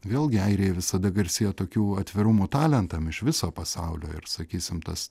vėlgi airiai visada garsėjo tokiu atvirumu talentam iš viso pasaulio ir sakysim tas